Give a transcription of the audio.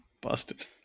busted